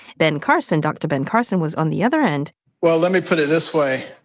ben carson dr. ben carson was on the other end well, let me put it this way.